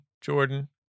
Jordan